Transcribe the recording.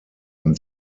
ein